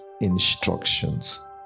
instructions